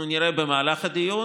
אנחנו נראה במהלך הדיון.